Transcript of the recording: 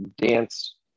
dance